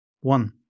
One